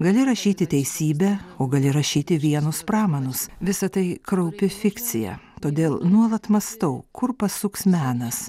gali rašyti teisybę o gali rašyti vienus pramanus visa tai kraupi fikcija todėl nuolat mąstau kur pasuks menas